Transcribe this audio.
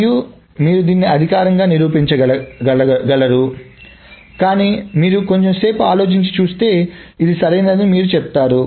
మరియు మీరు దీన్ని అధికారికంగా నిరూపించగలరు కానీ మీరు కొంచెం సేపు ఆలోచించి చూస్తే ఇది సరైనదని మీరు చెప్తారు